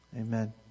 amen